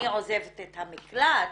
אני עוזבת את המקלט,